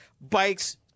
Bikes